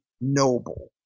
noble